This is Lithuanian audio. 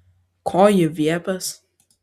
ko ji viepias